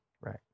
Right